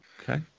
Okay